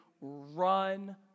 run